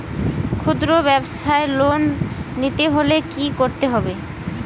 খুদ্রব্যাবসায় লোন নিতে হলে কি করতে হবে?